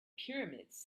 pyramids